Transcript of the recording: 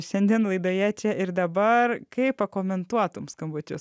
šiandien laidoje čia ir dabar kaip pakomentuotum skambučius